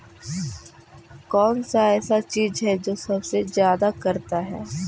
कौन सा ऐसा चीज है जो सबसे ज्यादा करता है?